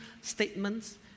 statements